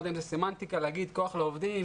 יודע אם זו סמנטיקה לומר כוח לעובדים,